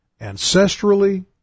ancestrally